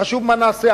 חשוב מה נעשה,